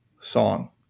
song